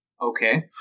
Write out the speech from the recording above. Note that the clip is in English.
Okay